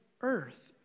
earth